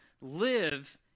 live